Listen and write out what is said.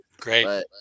Great